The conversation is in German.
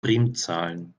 primzahlen